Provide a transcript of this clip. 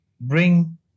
bring